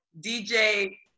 DJ